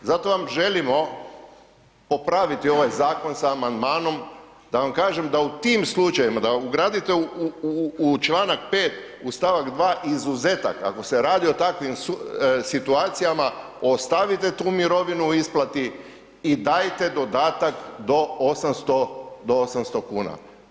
Zato vam želimo popraviti ovaj zakon sa amandmanom da vam kažem da u tim slučajevima da ugradite u članak 5. u stavak 2. izuzetak ako se radi o takvim situacijama ostavite tu mirovinu u isplati i dajte dodatak do 800 kuna.